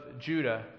Judah